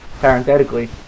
parenthetically